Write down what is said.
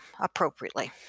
appropriately